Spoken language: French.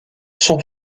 son